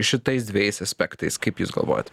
šitais dvejais aspektais kaip jūs galvojat